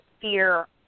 fear